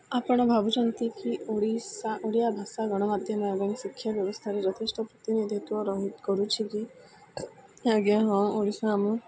ଆପଣ ଭାବୁଛନ୍ତି କି ଓଡ଼ିଶା ଓଡ଼ିଆ ଭାଷା ଗଣମାଧ୍ୟମ ଏବଂ ଶିକ୍ଷା ବ୍ୟବସ୍ଥାରେ ଯଥେଷ୍ଟ ପ୍ରତିନିଧିତ୍ୱ ରହି କରୁଛି କି ଆଜ୍ଞା ହଁ ଓଡ଼ିଶା ଆମ